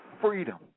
freedom